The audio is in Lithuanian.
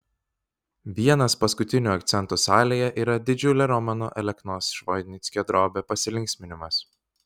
vienas paskutinių akcentų salėje yra didžiulė romano aleknos švoinickio drobė pasilinksminimas